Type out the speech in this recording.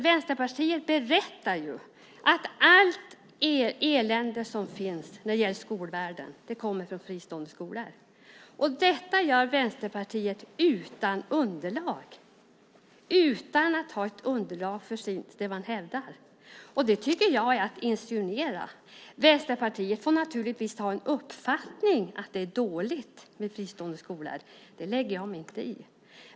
Vänsterpartiet berättar att allt elände som finns när det gäller skolvärlden kommer från fristående skolor. Detta gör Vänsterpartiet utan att ha ett underlag för det man hävdar. Jag tycker att det är att insinuera. Vänsterpartiet får naturligtvis ha uppfattningen att det är dåligt med fristående skolor - det lägger jag mig inte i.